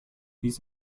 dies